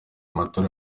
amatora